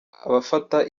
abafata